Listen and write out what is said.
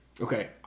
Okay